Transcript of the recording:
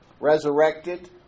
resurrected